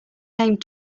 named